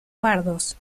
pardos